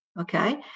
okay